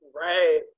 right